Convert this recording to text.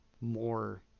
more